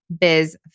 biz